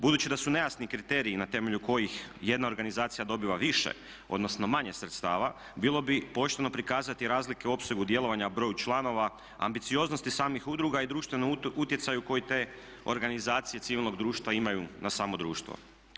Budući da su nejasni kriteriji na temelju kojih jedna organizacija dobiva više, odnosno manje sredstava bilo bi pošteno prikazati razlike u opsegu djelovanja broju članova, ambicioznosti samih udruga i društevnom utjecaju koji te organizacije civilnog društva imaju na samo društvo.